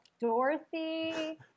Dorothy